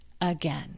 again